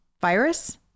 virus